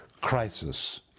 crisis